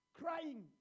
crying